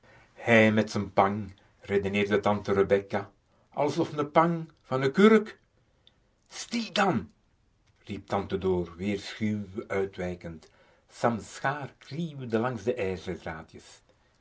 pang redeneerde tante rebecca asof n pang van n kurrek stil dan riep tante door weer schuw uitwijkend sam's schaar kriewelde langs de